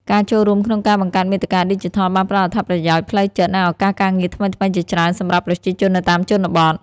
ការចូលរួមក្នុងការបង្កើតមាតិកាឌីជីថលបានផ្តល់អត្ថប្រយោជន៍ផ្លូវចិត្ត និងឱកាសការងារថ្មីៗជាច្រើនសម្រាប់ប្រជាជននៅតាមជនបទ។